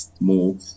more